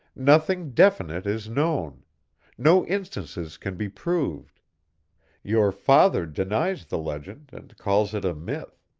nothing definite is known no instances can be proved your father denies the legend and calls it a myth.